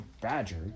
badger